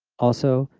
also,